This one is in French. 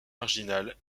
marginal